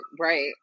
right